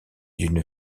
d’une